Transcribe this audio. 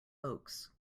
oaks